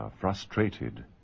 frustrated